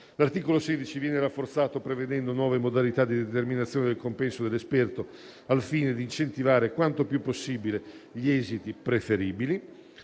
L'articolo 16 viene rafforzato prevedendo nuove modalità di determinazione del compenso dell'esperto, al fine di incentivare quanto più possibile gli esiti preferibili.